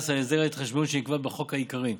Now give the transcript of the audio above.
על הסדר ההתחשבנות שנקבע בחוק העיקרי,